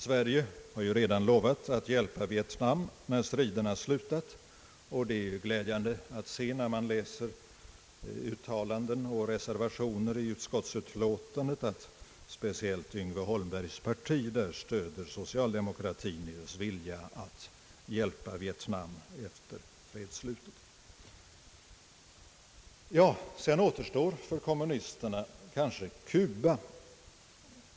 Sverige har ju redan lovat att hjälpa Vietnam när striderna slutat, och det är glädjande att, när man läser uttalanden och reservationer i utlåtandet, se att speciellt Yngve Holmbergs parti stöder socialdemokratin i dess vilja att hjälpa Vietnam efter fredsslutet. måhända Kuba.